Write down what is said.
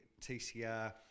TCR